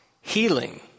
healing